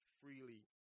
freely